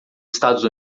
estados